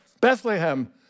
Bethlehem